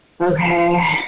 Okay